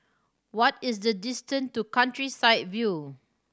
what is the distance to Countryside View